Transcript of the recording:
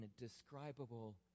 indescribable